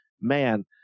man